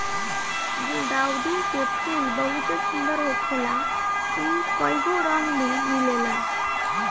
गुलदाउदी के फूल बहुते सुंदर होखेला इ कइगो रंग में मिलेला